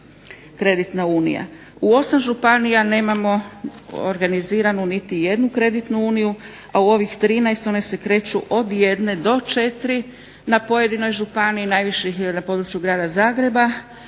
U osam županija nemamo organiziranu niti jednu kreditnu uniju, a u ovih 13 one se kreću od jedne do četiri na pojedinoj županiji. Najviše ih je na području grada Zagreba,